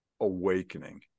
awakening